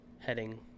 heading